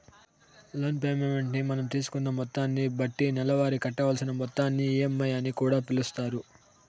loan payment ని మనం తీసుకున్న మొత్తాన్ని బట్టి నెలవారీ కట్టవలసిన మొత్తాన్ని ఈ.ఎం.ఐ అని కూడా పిలుస్తారు